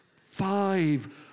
Five